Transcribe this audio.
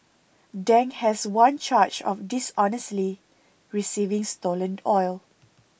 Dang has one charge of dishonestly receiving stolen oil